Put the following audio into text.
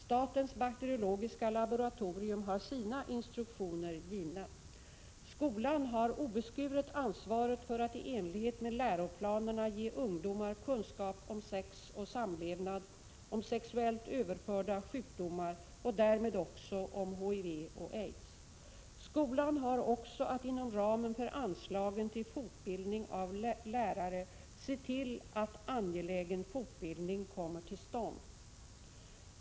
Statens bakteriologiska laboratorium har sina instruktioner givna. Skolan har obeskuret ansvaret för att i enlighet med läroplanerna ge ungdomar kunskap om sex och samlevnad, om sexuellt överförda sjukdomar och därmed också om HIV och aids. Skolan har också att inom ramen för anslagen till fortbildningen av lärare se till att angelägen fortbildning kommer till stånd.